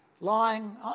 lying